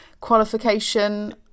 qualification